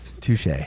Touche